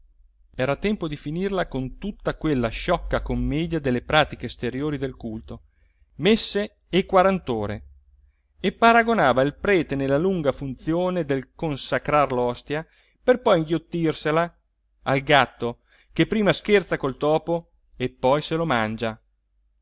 era tempo di finirla con tutta quella sciocca commedia delle pratiche esteriori del culto messe e quarant'ore e paragonava il prete nella lunga funzione del consacrar l'ostia per poi inghiottirsela al gatto che prima scherza col topo e poi se lo mangia